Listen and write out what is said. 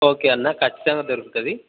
okay అన్న ఖచ్చితంగా దొరుకుతుంది